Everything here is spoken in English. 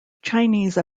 chinese